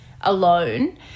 alone